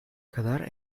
kadar